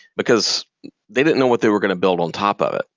because they didn't know what they were going to build on top of it,